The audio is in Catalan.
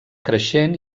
creixent